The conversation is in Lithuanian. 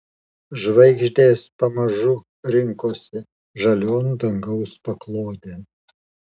žvaigždės pamažu rinkosi žalion dangaus paklodėn